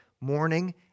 morning